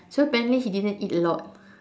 so apparently he didn't eat a lot